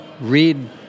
Read